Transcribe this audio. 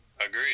Agreed